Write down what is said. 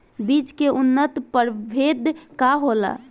बीज के उन्नत प्रभेद का होला?